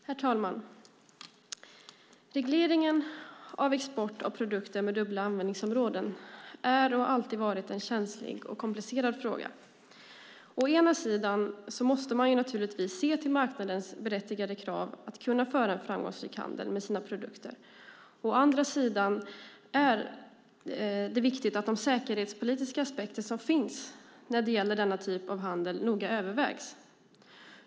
Herr talman! Regleringen av export av produkter med dubbla användningsområden är och har alltid varit en känslig och komplicerad fråga. Å ena sidan måste man naturligtvis se till marknadens berättigade krav att föra en framgångsrik handel med sina produkter, och å andra sidan är det viktigt att de säkerhetspolitiska aspekter som finns när det gäller denna typ av handel noga övervägs.